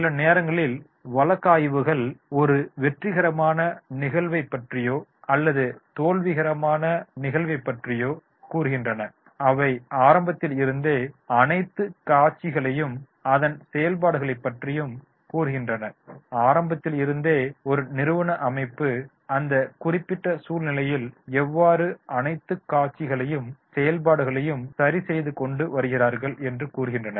சில நேரங்களில் வழக்கு ஆய்வுகள் ஒரு வெற்றிகரமான நிகழ்வைப் பற்றியோ அல்லது தோல்விகரமான நிகழ்வைப் பற்றியோ கூறுகின்றன அவை ஆரம்பத்தில் இருந்தே அனைத்து காட்சிகளையும் அதன் செயல்பாடுகளையும் பற்றி கூறுகின்றன ஆரம்பத்தில் இருந்தே ஒரு நிறுவன அமைப்பு அந்த குறிப்பிட்ட சூழ்நிலையில் எவ்வாறு அனைத்து காட்சிகளையும் செயல்பாடுகளையும் சரிச்செய்து கொண்டு வருகிறார்கள் என்று கூறுகின்றனர்